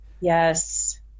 yes